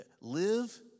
Live